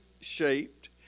shaped